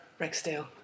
Rexdale